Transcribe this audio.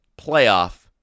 playoff